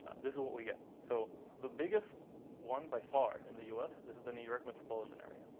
this is what we get. so the biggest one, by far, in the us is the new york metropolitan area.